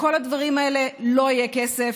לכל הדברים האלה לא יהיה כסף,